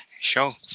show